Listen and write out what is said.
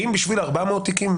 האם בשביל 400 תיקים